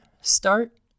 start